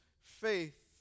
faith